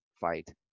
fight